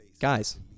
Guys